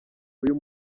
uyu